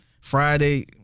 Friday